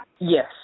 Yes